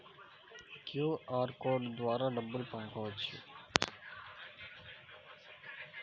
QR code ద్వారా డబ్బులు పంపవచ్చా?